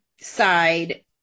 side